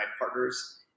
partners